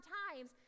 times